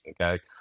Okay